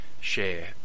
share